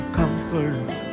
comfort